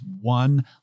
one